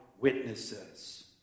witnesses